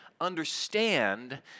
understand